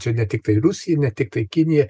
čia ne tiktai rusija ne tiktai kinija